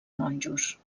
monjos